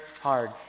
hard